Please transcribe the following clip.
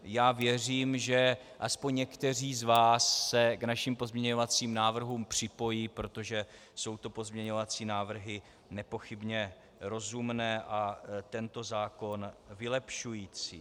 Já věřím, že aspoň někteří z vás se k našim pozměňovacím návrhům připojí, protože jsou to pozměňovací návrhy nepochybně rozumné a tento zákon vylepšující.